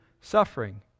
suffering